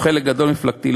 או חלק גדול ממפלגתי,